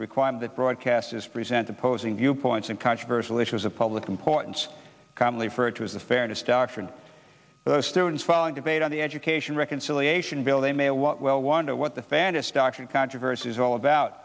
require that broadcasters present opposing viewpoints and controversial issues of public importance calmly for it is the fairness doctrine students falling debate on the education reconciliation bill they may well wonder what the fantastic action controversy is all about